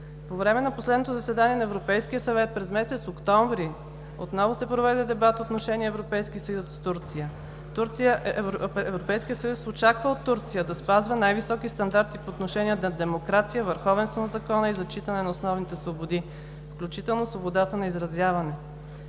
По време на последното заседание на Европейския съвет през месец октомври отново се проведе дебат по отношение Европейски съюз – Турция“. Европейският съюз очаква от Турция да спазва най-високи стандарти по отношение демокрация, върховенство на закона и зачитане на основните свободи, включително и свободата на изразяване.